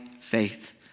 faith